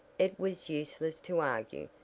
it was useless to argue.